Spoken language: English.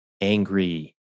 angry